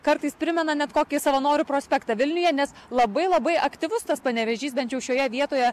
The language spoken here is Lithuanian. kartais primena net kokį savanorių prospektą vilniuje nes labai labai aktyvus tas panevėžys bent jau šioje vietoje